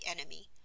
enemy